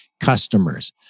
customers